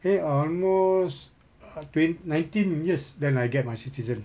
eh almost ah twen~ nineteen years then I get my citizen